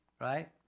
Right